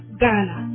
Ghana